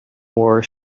war